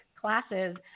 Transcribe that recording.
classes